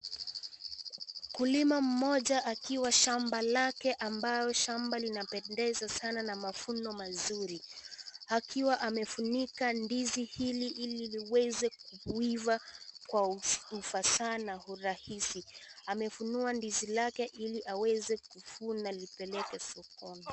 Mkulima mmoja akiwa shamba lake ambalo shamba linapendeza Sana na mavuno mazuri ,akiwa amefunika ndizi ili liweze kuiva Kwa ufasaha na urahisi. Amefunua ndizi lake ili aweze kuvunwa lipeleke sokoni.